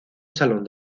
salón